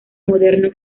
moderna